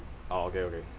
oh okay okay